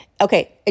Okay